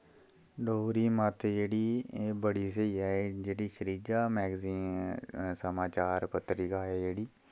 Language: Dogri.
डोगरी मत्त जेह्ड़ी एह् बड़ी स्हेई ऐ जेह्ड़ी शीराज़ा मैगजीन समाचार पत्रिका एह् जेह्ड़ी